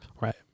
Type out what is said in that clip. Right